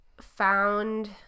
found